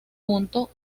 junto